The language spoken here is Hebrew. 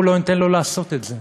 אנחנו לא ניתן לו לעשות את זה.